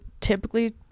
typically